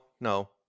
no